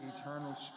eternal